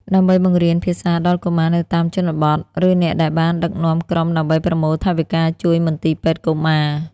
ដើម្បីបង្រៀនភាសាដល់កុមារនៅតាមជនបទ ឬអ្នកដែលបានដឹកនាំក្រុមដើម្បីប្រមូលថវិកាជួយមន្ទីរពេទ្យកុមារ។